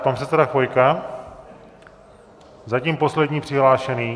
Pan předseda Chvojka, zatím poslední přihlášený.